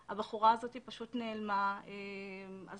האישה הזאת היא אישה שיש לה שני ילדים ואומרים: תשמעי,